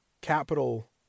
capital